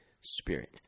Spirit